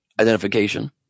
identification